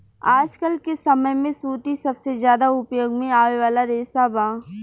आजकल के समय में सूती सबसे ज्यादा उपयोग में आवे वाला रेशा बा